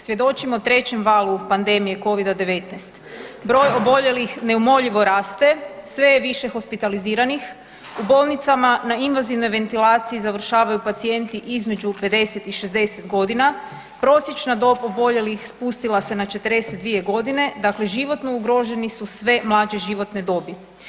Svjedočimo trećem valu pandemije COVID-a 19. broj oboljelih neumoljivo raste, sve je više hospitaliziranih, u bolnicama na invazivnoj ventilaciji završavaju pacijenti između 50 i 60 g., prosječna dob oboljelih spustila se na 42 g., dakle životno ugroženi su sve mlađe životne dobi.